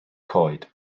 coed